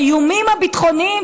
האיומים הביטחוניים,